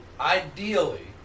ideally